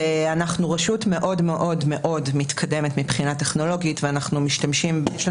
ואנחנו רשות מאוד מאוד מתקדמת מבחינה טכנולוגית ויש לנו